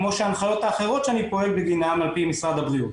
כמו שההנחיות האחרות שאני פועל בגינן על פי משרד הבריאות.